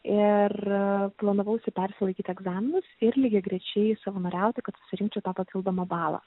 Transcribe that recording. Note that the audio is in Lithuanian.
ir planavausi perlaikyti egzaminus ir lygiagrečiai savanoriauti kad surinkčiau tą papildomą balą